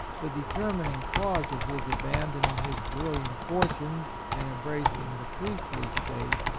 the determining cause of his abandoning his brilliant fortunes and embracing the priestly state,